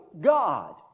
God